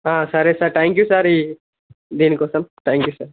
సరే sir thank you ఈ దీనికోసం త్యాంక్ యు సార్